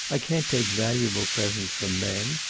i can't take valuable presents from men.